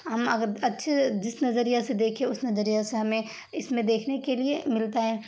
ہم اگر اچھے جس نظریہ سے دیکھے اس نظریہ سے ہمیں اس میں دیکھنے کے لیے ملتا ہے